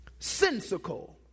Sensical